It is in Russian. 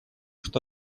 что